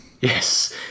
Yes